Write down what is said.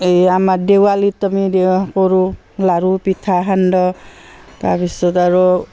এই আমাৰ দেৱালীত আমি দিয়া কৰোঁ লাড়ু পিঠা সান্দহ তাৰপিছত আৰু